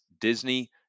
Disney